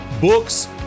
books